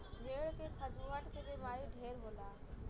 भेड़ के खजुहट के बेमारी ढेर होला